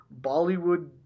Bollywood